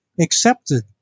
accepted